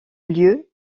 lieu